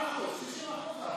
60% עבר.